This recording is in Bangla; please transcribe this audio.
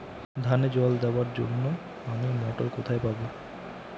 ধানে জল দেবার জন্য আমি মটর কোথায় পাবো?